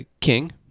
king